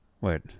Wait